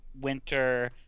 winter